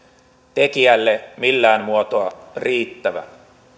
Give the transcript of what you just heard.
tekijälle millään muotoa riittävä